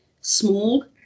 small